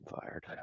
fired